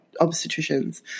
obstetricians